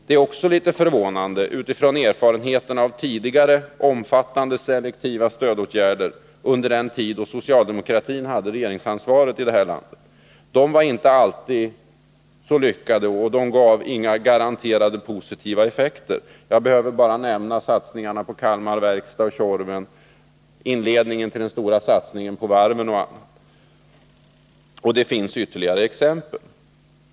Det är också litet förvånande utifrån erfarenheterna av tidigare omfattande selektiva stödåtgärder under den tid då socialdemokratin hade regeringsansvaret i det här landet. De var inte alltid så lyckade, och de gav inga garanterade positiva effekter. Jag behöver bara nämna satsningarna på Kalmar Verkstad och Tjorven eller inledningen till den stora satsningen på varven, men det finns ytterligare exempel.